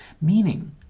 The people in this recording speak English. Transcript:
meaning